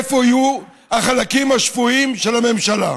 איפה יהיו החלקים השפויים של הממשלה.